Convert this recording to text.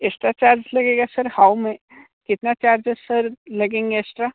किस प्रकार से लगेगा सर हाउ मनी कितना चार्जेज़ सर लगेंगे एक्स्ट्रा